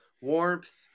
warmth